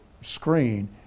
screen